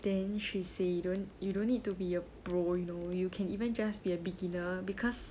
then she say you don't you don't need to be a pro you know you can even just be a beginner because